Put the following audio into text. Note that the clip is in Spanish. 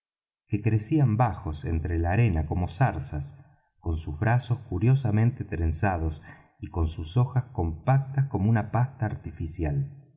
que crecían bajos entre la arena como zarzas con sus brazos curiosamente trenzados y con sus hojas compactas como una pasta artificial